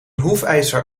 hoefijzer